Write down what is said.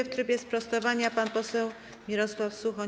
W trybie sprostowania pan poseł Mirosław Suchoń.